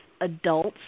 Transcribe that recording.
adults